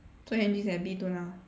so Hian Ching at B two now